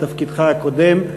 בתפקידך הקודם.